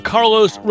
Carlos